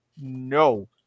no